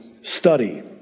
Study